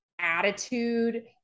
attitude